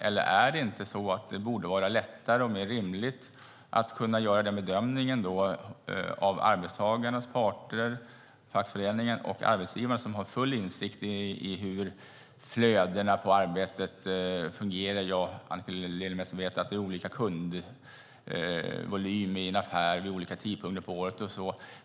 Borde det inte vara lättare och rimligare att den bedömningen kan göras av arbetstagarnas parter, fackföreningen och arbetsgivaren som har full insikt i hur flödena på arbetet fungerar? Jag och Annika Lillemets vet att det vid olika tidpunkter på året exempelvis är olika kundvolym.